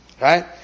Right